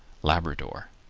labrador.